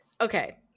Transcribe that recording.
okay